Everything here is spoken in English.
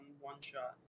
one-shot